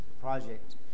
project